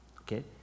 Okay